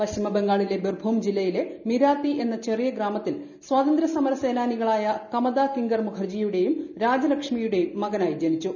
പശ്ചിമ ബംഗാളിലെ ബിർഭും ജില്ലയിലെ മിരാത്തി എന്ന ചെറിയ ഗ്രാമത്തിൽ സ്വാതന്ത്ര്യസമരസേനാനി കളായ കമദ കിങ്കർ മുഖർജിയുടെയും രാജലക്ഷ്മിയുടെയും മകനായി ജനിച്ചു